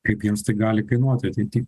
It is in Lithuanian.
kaip jiems tai gali kainuoti ateity